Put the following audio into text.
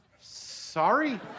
sorry